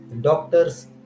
doctors